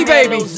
Baby